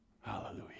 Hallelujah